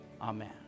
Amen